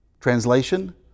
Translation